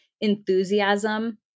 enthusiasm